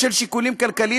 בשל שיקולים כלכליים,